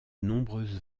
nombreuses